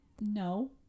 no